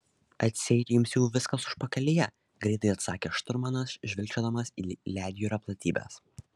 atseit jums jau viskas užpakalyje greitai atsakė šturmanas žvilgčiodamas į ledjūrio platybes